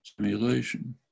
simulation